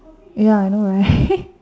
ya I know right